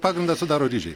pagrindą sudaro ryžiai